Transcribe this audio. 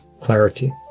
clarity